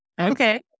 okay